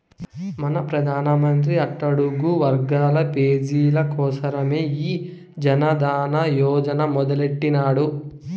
మన పెదానమంత్రి అట్టడుగు వర్గాల పేజీల కోసరమే ఈ జనదన యోజన మొదలెట్టిన్నాడు